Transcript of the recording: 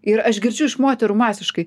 ir aš girdžiu iš moterų masiškai